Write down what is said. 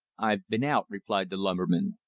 i've been out, replied the lumberman.